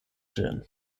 ĝin